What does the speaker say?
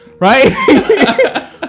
Right